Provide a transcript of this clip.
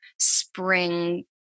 spring